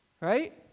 right